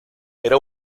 era